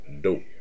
Dope